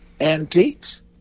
antiques